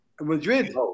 Madrid